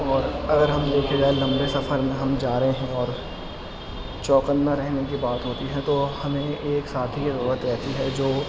اور اگر ہم لمبے سفر میں ہم جا رہے ہیں اور چوکنا رہنے کی بات ہوتی ہے تو ہمیں ایک ساتھی کی ضرورت رہتی ہے جو